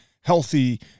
healthy